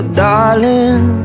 darling